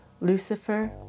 Lucifer